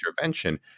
intervention